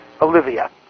Olivia